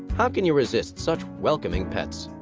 how can you resist such welcoming pets?